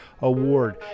Award